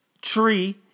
tree